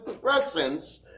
presence